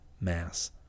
Mass